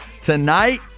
tonight